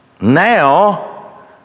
now